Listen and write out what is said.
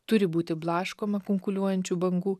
turi būti blaškoma kunkuliuojančių bangų